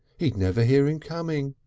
he'd never hear him coming.